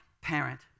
parent